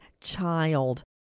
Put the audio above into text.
child